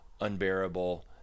unbearable